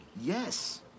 Yes